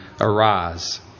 Arise